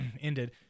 ended